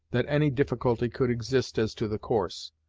that any difficulty could exist as to the course.